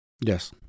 Yes